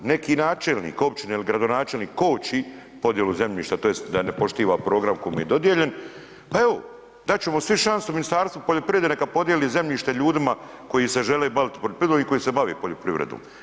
Ako neki načelnik općine ili gradonačelnik koči podjelu zemljišta tj. da ne poštiva program koji mu je dodijeljen, pa evo dat ćemo svi šansu Ministarstvu poljoprivrede neka podijeli zemljište ljudima koji se žele baviti poljoprivredom i koji se bave poljoprivredom.